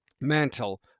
mantle